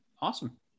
Awesome